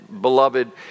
beloved